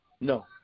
no